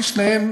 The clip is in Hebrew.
כי שניהם